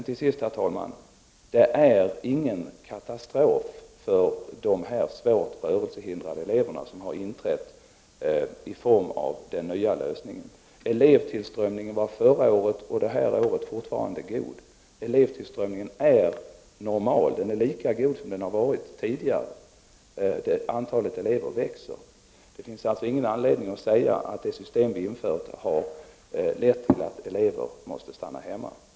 Till sist, herr talman: Det är ingen katastrof för de svårt rörelsehindrade elever som har inträtt i den nya lösningen. Elevtillströmningen har förra året och detta år fortfarande varit god. Elevtillströmningen är lika god som tidigare, och antalet elever växer. Det finns alltså ingen anledning att säga att det system som vi infört har lett till att elever måste stanna hemma.